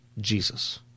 Jesus